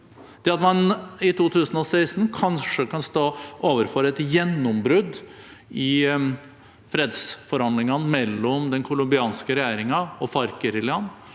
Det at man i 2016 kanskje kan stå overfor et gjennombrudd i fredsforhandlingene mellom den colombianske regjeringen og FARC-geriljaen,